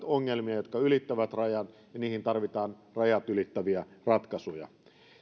ongelmia jotka ylittävät rajan ja niihin tarvitaan rajat ylittäviä ratkaisuja